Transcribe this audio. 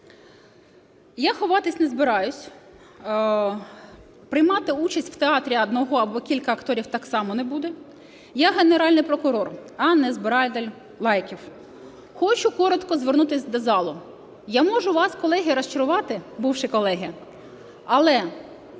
Я ховатись не збираюсь, приймати участь в театрі одного або кількох акторів так само не буду. Я – Генеральний прокурор, а не збирач лайків. Хочу коротко звернутись до зали. Я можу вас колеги розчарувати, бувші колеги, але